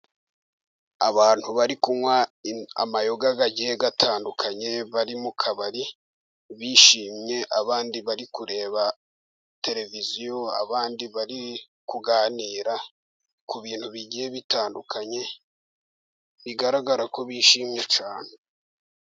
Abantu bari kunywa amayoga agiye atandukanye, bari mu kabari bishimye, abandi bari kureba tereviziyo, abandi bari kuganira ku bintu bigiye bitandukanye, bigaragara ko bishimye cyane.